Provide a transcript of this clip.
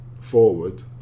forward